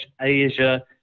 Asia